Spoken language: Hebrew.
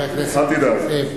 אל תדאג.